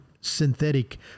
synthetic